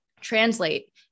translate